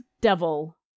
devil